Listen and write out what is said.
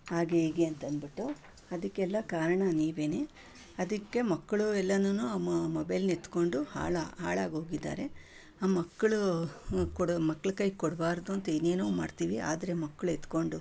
ಹಾಗೆ ಹೀಗೆ ಅಂತಂದ್ಬಿಟ್ಟು ಅದಕ್ಕೆಲ್ಲ ಕಾರಣ ನೀವೇನೇ ಅದಕ್ಕೆ ಮಕ್ಕಳು ಎಲ್ಲನೂ ಮೊಬೈಲ್ನ ಎತ್ಕೊಂಡು ಹಾಳಾ ಹಾಳಾಗೋಗಿದ್ದಾರೆ ಆ ಮಕ್ಕಳು ಕೊಡೋ ಮಕ್ಳು ಕೈಗೆ ಕೊಡ್ಬಾರ್ದು ಅಂತ ಏನೇನೋ ಮಾಡ್ತೀವಿ ಆ ಥರ ಮಕ್ಳು ಎತ್ಕೊಂಡು